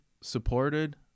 supported